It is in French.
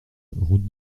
route